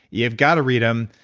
you've gotta read them.